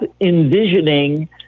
envisioning